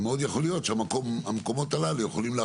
יכול להיות שייקבעו תנאים מאוד מקלים על הבעלים הפרטיים